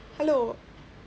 hello